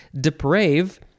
Deprave